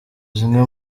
zimwe